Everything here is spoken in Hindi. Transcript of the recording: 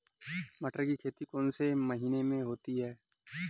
मटर की खेती कौन से महीने में होती है?